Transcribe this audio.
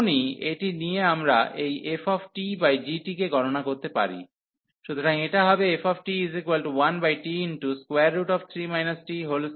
এখনই এটি নিয়ে আমরা এই ftgt কে গণনা করতে পারি সুতরাং এটা হবে ft1t3 t21